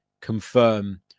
confirm